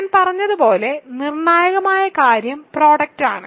ഞാൻ പറഞ്ഞതുപോലെ നിർണായക കാര്യം പ്രോഡക്റ്റാണ്